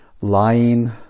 Lying